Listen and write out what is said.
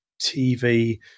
TV